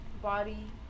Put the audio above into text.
body